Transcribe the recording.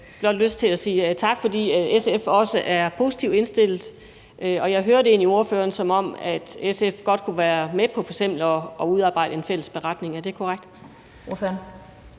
egentlig blot lyst til at sige tak, for at SF også er positivt indstillet. Jeg hører egentlig det, ordføreren siger, som om SF godt kunne være med på f.eks. at udarbejde en fælles beretning. Er det korrekt?